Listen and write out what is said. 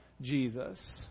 Jesus